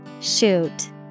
Shoot